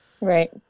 Right